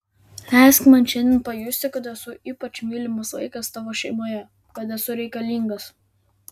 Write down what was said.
leisk man šiandien pajusti kad esu ypač mylimas vaikas tavo šeimoje kad esu reikalingas